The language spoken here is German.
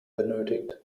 benötigt